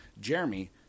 Jeremy